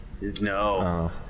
No